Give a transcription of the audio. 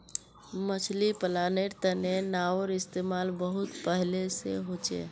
मछली पालानेर तने नाओर इस्तेमाल बहुत पहले से होचे